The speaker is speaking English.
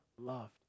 loved